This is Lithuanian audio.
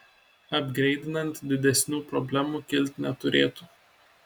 apgreidinant didesnių problemų kilt neturėtų